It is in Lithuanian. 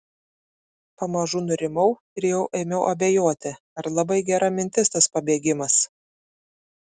pamažu nurimau ir jau ėmiau abejoti ar labai gera mintis tas pabėgimas